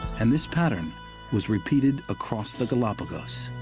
and this pattern was repeated across the galapagos.